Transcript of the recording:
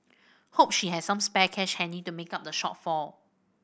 hope she has some spare cash handy to make up the shortfall